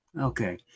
Okay